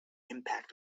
impact